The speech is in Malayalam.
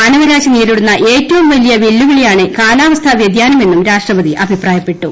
മാനവരാശി നേരിടുന്ന ഏറ്റവും വലിയ വെല്ലുവിളിയാണ് കാലാവസ്ഥാവ്യതിയാനം എന്നും രാഷ്ട്രപതി അഭിപ്രായപ്പെട്ടു